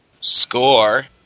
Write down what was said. Score